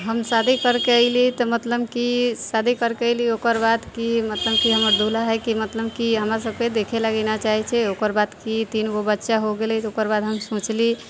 हम शादी करिके अएली तऽ मतलम कि शादी करिके अएली ओकरबाद कि मतलम कि हमर दूल्हा हइ कि मतलम कि हमरासबके देखैलागी नहि चाहै छै ओकरबाद कि तीनगो बच्चा हो गेलै तऽ ओकरबाद हम सोचली